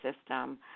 system